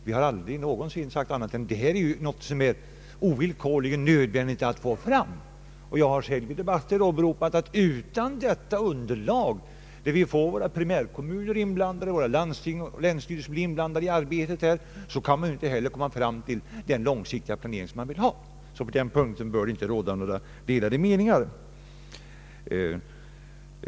Vi har aldrig sagt något annat än att detta är något som ovillkorligen måste fram, och jag har själv i debatter åberopat att utan detta underlag, där vi får våra primärkommuner, våra landsting och länsstyrelser inblandade i arbetet, kan man inte heller komma fram till den långsiktiga planering som man vill ha. På den punkten bör det inte råda några delade meningar.